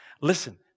Listen